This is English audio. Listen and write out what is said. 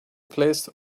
placed